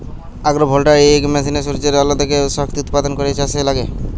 agro voltaic মেশিনে সূর্যের আলো থেকে শক্তি উৎপাদন করে চাষে লাগে